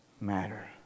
matter